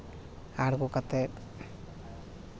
ᱟᱬᱜᱚ ᱠᱟᱛᱮᱫ